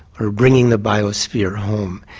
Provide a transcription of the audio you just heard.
or bringing the biosphere home.